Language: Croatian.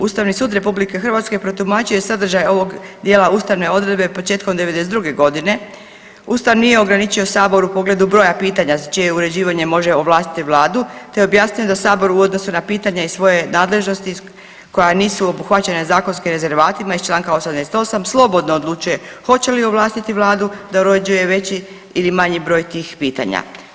Ustavni sud RH protumačio je sadržaj ovog dijela ustavne odredbe početkom '92.g. Ustav nije ograničio Saboru u pogledu broja pitanja za čije uređivanje može ovlastiti Vladu te je objasnio da Sabor u odnosu na pitanja iz svoje nadležnosti koja nisu obuhvaćene zakonskim rezervatima iz čl. 88. slobodno odlučuje hoće li ovlastiti Vladu da uređuje veći ili manji broj tih pitanja.